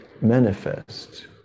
manifest